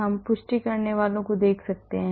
हम पुष्टि करने वालों को देख सकते हैं